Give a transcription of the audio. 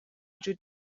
وجود